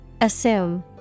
Assume